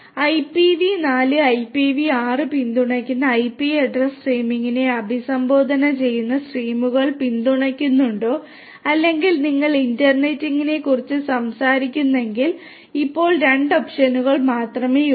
IPv 4 IPv 6 പിന്തുണയ്ക്കുന്ന IP addressing സ്കീമിനെ അഭിസംബോധന ചെയ്യുന്ന സ്കീമുകൾ പിന്തുണയ്ക്കുന്നുണ്ടോ അല്ലെങ്കിൽ നിങ്ങൾ ഇന്റർനെറ്റിനെക്കുറിച്ചാണ് സംസാരിക്കുന്നതെങ്കിൽ ഇപ്പോൾ 2 ഓപ്ഷനുകൾ മാത്രമേയുള്ളൂ